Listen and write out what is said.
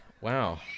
Wow